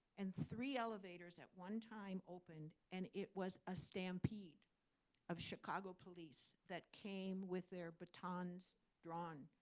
and three elevators at one time opened, and it was a stampede of chicago police that came with their batons drawn.